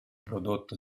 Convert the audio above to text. prodotto